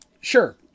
sure